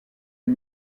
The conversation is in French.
est